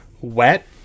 wet